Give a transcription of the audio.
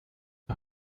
die